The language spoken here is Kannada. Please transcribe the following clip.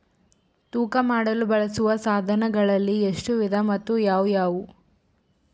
ತೂಕ ಮಾಡಲು ಬಳಸುವ ಸಾಧನಗಳಲ್ಲಿ ಎಷ್ಟು ವಿಧ ಮತ್ತು ಯಾವುವು?